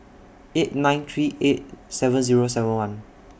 eight nine three eight seven Zero seven one